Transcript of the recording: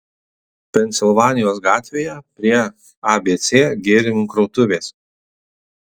pensilvanijos gatvėje prie abc gėrimų krautuvės